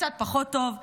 קצת פחות טוב.